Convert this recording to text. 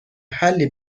حلی